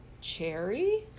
Cherry